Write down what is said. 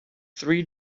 three